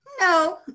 No